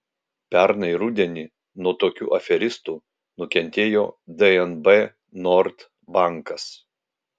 pernai rudenį nuo tokių aferistų nukentėjo dnb nord bankas